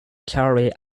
carried